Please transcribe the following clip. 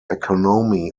economy